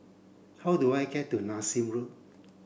how do I get to Nassim Road